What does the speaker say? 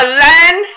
land